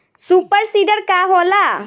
Super seeder का होला?